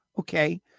Okay